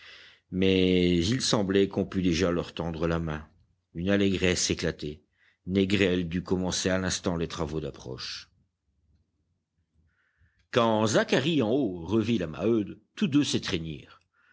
mais il semblait qu'on pût déjà leur tendre la main une allégresse éclatait négrel dut commencer à l'instant les travaux d'approche quand zacharie en haut revit la maheude tous deux